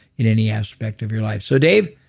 in any aspect of your life. so, dave.